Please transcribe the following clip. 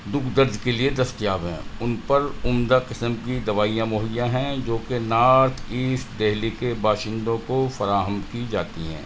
دکھ درد کے لیے دستیاب ہیں ان پر عمدہ قسم کی دوائیاں مہیاں ہیں جو کہ نارتھ ایسٹ دہلی کے باشندوں کو فراہم کی جاتی ہیں